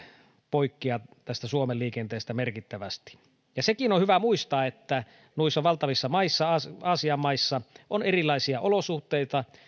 poikkeaa tästä suomen liikenteestä merkittävästi sekin on hyvä muistaa että noissa valtavissa aasian maissa on erilaisia olosuhteita